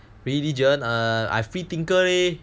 religion err I free thinker leh